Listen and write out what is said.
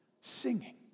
singing